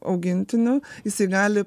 augintiniu jisai gali